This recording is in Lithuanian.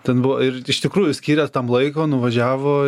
ten buvo ir iš tikrųjų skyrė tam laiko nuvažiavo